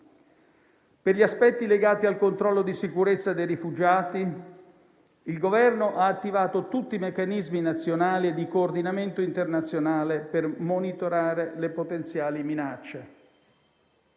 Per gli aspetti legati al controllo di sicurezza dei rifugiati il Governo ha attivato tutti i meccanismi nazionali e di coordinamento internazionale per monitorare le potenziali minacce.